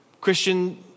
Christian